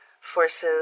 forces